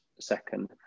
second